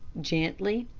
gently.